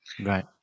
Right